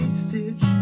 stitch